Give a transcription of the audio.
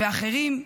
ואחרים,